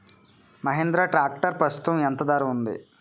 Mahindra tractor ప్రస్తుతం ఎంత ధర ఉంది?